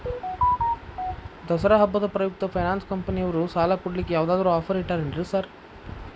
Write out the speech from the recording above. ದಸರಾ ಹಬ್ಬದ ಪ್ರಯುಕ್ತ ಫೈನಾನ್ಸ್ ಕಂಪನಿಯವ್ರು ಸಾಲ ಕೊಡ್ಲಿಕ್ಕೆ ಯಾವದಾದ್ರು ಆಫರ್ ಇಟ್ಟಾರೆನ್ರಿ ಸಾರ್?